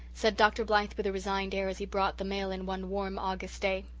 said dr. blythe with a resigned air, as he brought the mail in one warm august day.